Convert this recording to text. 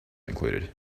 included